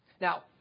Now